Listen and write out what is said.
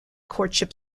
courtship